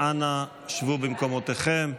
אנא שבו במקומותיכם.